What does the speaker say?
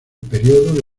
periodo